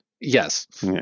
Yes